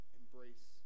embrace